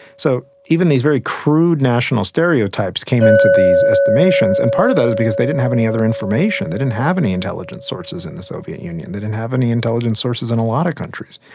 so even these very crude national stereotypes came into these estimations, and part of that is because they didn't have any other information, they didn't have any intelligence sources in the soviet union, they didn't have any intelligence sources in a lot of countries.